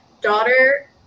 daughter